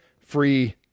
free